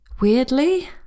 Weirdly